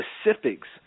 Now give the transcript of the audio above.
specifics